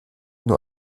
nur